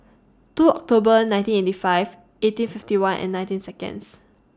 two October nineteen eighty five eighteen fifty one and nineteen Seconds